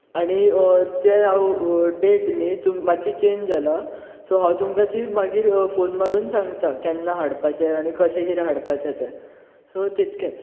तें हांव देट नी मात्शी चेंज जाला सो हांव तुमकां ती मागीर फोन मारून सांगता केन्ना हाडपाचें आनी कशें कितें हाडपाचें ते सो तितकेंच